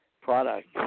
product